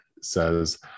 says